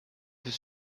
his